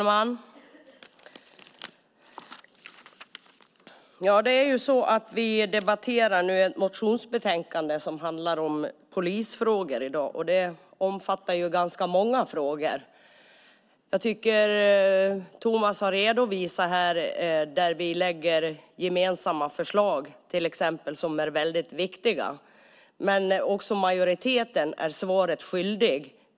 Herr talman! Vi debatterar nu ett motionsbetänkande som handlar om polisfrågor. Det omfattar ganska många frågor. Thomas Bodström har här redovisat våra gemensamma förslag som är väldigt viktiga och som majoriteten är svaret skyldig.